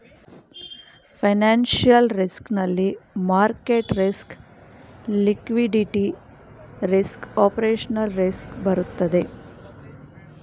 financial risk ನಲ್ಲಿ market risk, liquidity risk, operational risk ಬರುತ್ತದೆ